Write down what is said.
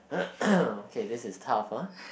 okay this is tough ah